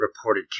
reported